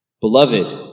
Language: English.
Beloved